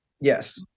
Yes